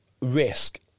risk